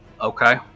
Okay